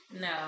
No